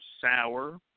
Sour